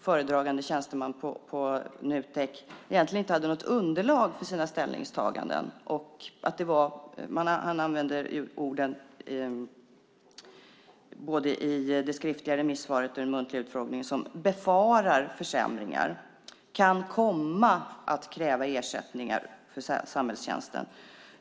Föredragande tjänsteman på Nutek hade i vissa fall inte något underlag för sina ställningstaganden. Både i det skriftliga remissvaret och i den muntliga utfrågningen använde han ord som "befarar" försämringar, "kan komma" att kräva ersättningar för samhällstjänsten,